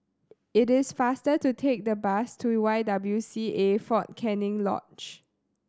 it is faster to take the bus to Y W C A Fort Canning Lodge